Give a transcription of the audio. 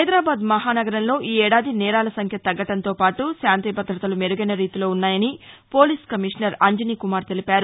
హైదరాబాద్ నగరంలో ఈ ఏడాది నేరాల సంఖ్య తగ్గడంతో పాటు శాంతి భద్రతలు మెరుగైనరీతిలో ఉన్నాయని పోలీస్ కమీషనర్ అంజనీ కుమార్ తెలిపారు